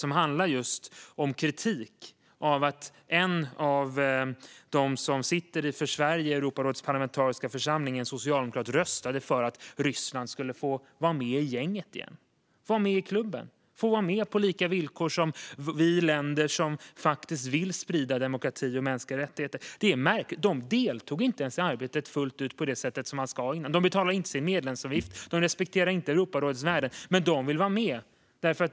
Den innehåller kritik av att en av dem som för Sveriges räkning sitter i Europarådets parlamentariska församling, en socialdemokrat, röstade för att Ryssland skulle få vara med i gänget igen - vara med i klubben och vara med på samma villkor som de länder som faktiskt vill sprida demokrati och mänskliga rättigheter. Ryssland deltog inte ens fullt ut i arbetet på det sätt man ska, och de betalar inte sin medlemsavgift. De respekterar inte Europarådets värden, men de vill vara med.